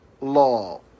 law